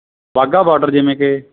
Wagah border ਜਿਵੇਂ ਕਿ